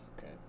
Okay